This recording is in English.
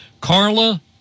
Carla